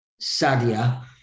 Sadia